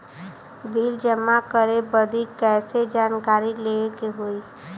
Bill जमा करे बदी कैसे जानकारी लेवे के होई?